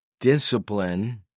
discipline